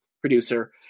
producer